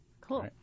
Cool